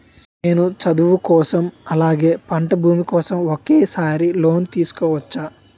నేను చదువు కోసం అలాగే పంట భూమి కోసం ఒకేసారి లోన్ తీసుకోవచ్చా?